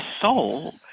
soul